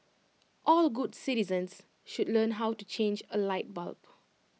all good citizens should learn how to change A light bulb